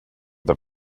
the